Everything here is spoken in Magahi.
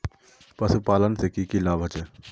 पशुपालन से की की लाभ होचे?